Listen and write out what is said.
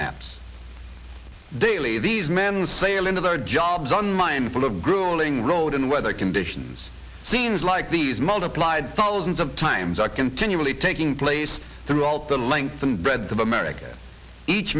maps daily these men sail into their jobs on mindful of grueling road in weather conditions scenes like these multiplied thousands of times are continually taking place throughout the length and breadth of america each